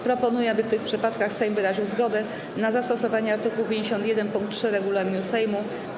Proponuję, aby w tych przypadkach Sejm wyraził zgodę na zastosowanie art. 51 pkt 3 regulaminu Sejmu.